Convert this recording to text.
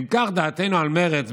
ואם כך דעתנו על מרצ,